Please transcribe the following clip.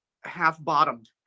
half-bottomed